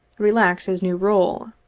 relax his new rule.